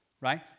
right